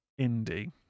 Indie